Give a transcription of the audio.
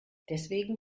deswegen